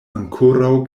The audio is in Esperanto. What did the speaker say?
ankoraŭ